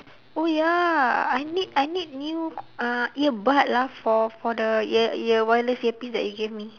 oh ya I need I need new uh earbuds lah for for the ear ear wireless earpiece that you give me